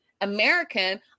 American